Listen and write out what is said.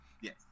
yes